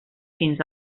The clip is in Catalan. fins